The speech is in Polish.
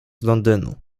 londynu